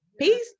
Peace